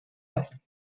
lassen